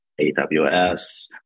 AWS